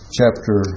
chapter